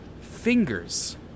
Fingers